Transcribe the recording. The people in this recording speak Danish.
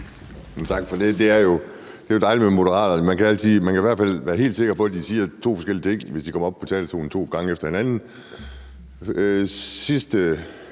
Det er jo dejligt med Moderaterne, for man kan i hvert fald være helt sikker på, at de siger to forskellige ting, hvis de kommer op på talerstolen to gange efter hinanden.